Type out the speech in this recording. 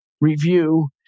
review